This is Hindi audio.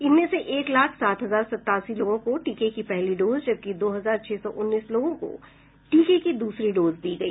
इनमें से एक लाख सात हजार सतासी लोगों को टीके की पहली डोज जबकि दो हजार छह सौ उन्नीस लोगों को टीके की दूसरी डोज दी गई